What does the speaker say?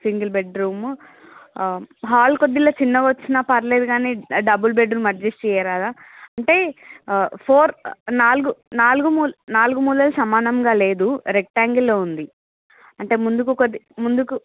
single bedroom hall కొద్దిగా చిన్నగా వచ్చినా పర్లేదు కాని డబుల్ బెడ్రూము అడ్జస్ట్ చేయరా అంటే ఫోర్ నాలుగు నాలుగు మూలలు మూలలు సమానంగా లేదు రెక్టాంగిల్లో ఉంది అంటే ముందుకు కొద్ది ముందుకు